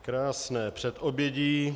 Krásné předobědí.